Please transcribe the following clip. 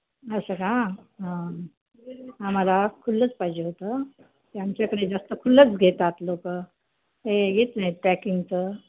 असं का हां आम्हाला खुल्लंच पाहिजे होतं ते आमच्याकडे जास्त खुल्लंच घेतात लोक हे घेत नाहीत पॅकिंगचं